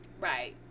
Right